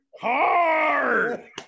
hard